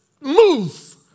move